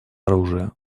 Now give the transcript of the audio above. оружие